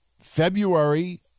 February